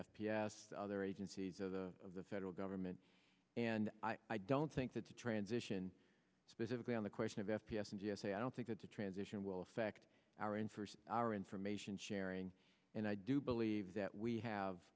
s other agencies of the of the federal government and i don't think that's a transition specifically on the question of f p s and g s a i don't think that the transition will affect our in first our information sharing and i do believe that we have